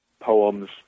poems